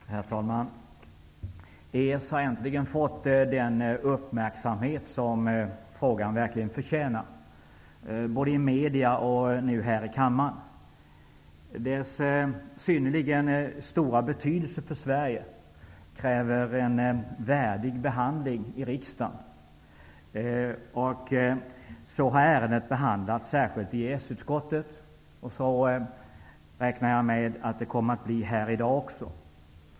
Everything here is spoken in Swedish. Herr talman! EES har äntligen fått den uppmärksamhet som frågan verkligen förtjänar -- både i media och nu här i kammaren. Dess synnerligen stora betydelse för Sverige kräver en värdig behandling i riksdagen. Så har ärendet behandlats särskilt i EES-utskottet, och så räknar jag med att det blir här i dag.